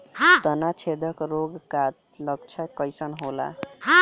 तना छेदक रोग का लक्षण कइसन होला?